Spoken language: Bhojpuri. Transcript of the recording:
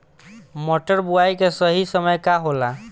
मटर बुआई के सही समय का होला?